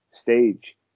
stage